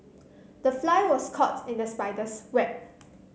the fly was caught in the spider's web